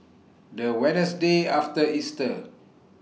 The Wednesday after Easter